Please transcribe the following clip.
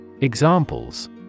Examples